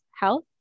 health